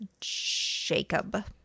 Jacob